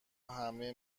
همه